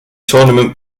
tournament